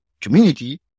community